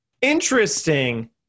Interesting